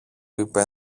είπε